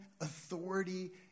authority